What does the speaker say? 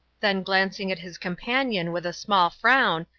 then glancing at his companion with a small frown,